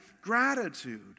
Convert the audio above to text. gratitude